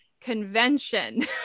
convention